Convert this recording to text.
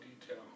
detail